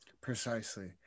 Precisely